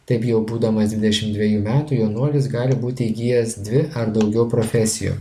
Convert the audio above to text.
taip jau būdamas dvidešim dvejų metų jaunuolis gali būti įgijęs dvi ar daugiau profesijų